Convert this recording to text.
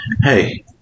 hey